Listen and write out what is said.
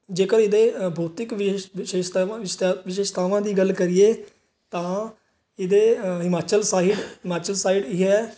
ਜੇਕਰ ਇਹਦੇ ਬੌਧਿਕ ਵਿਸ਼ੇਸ਼ ਵਿਸ਼ੇਸ਼ਤਾਵਾਂ ਵਿਸ਼ੇਸ਼ਤਾਵਾਂ ਦੀ ਗੱਲ ਕਰੀਏ ਤਾਂ ਇਹਦੇ ਹਿਮਾਚਲ ਸਾਈਡ ਹਿਮਾਚਲ ਸਾਈਡ ਇਹ